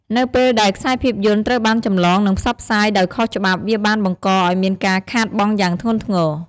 នៅពេលដែលខ្សែភាពយន្តត្រូវបានចម្លង និងផ្សព្វផ្សាយដោយខុសច្បាប់ វាបានបង្កឱ្យមានការខាតបង់យ៉ាងធ្ងន់ធ្ងរ។